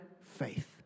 faith